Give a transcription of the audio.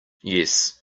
yes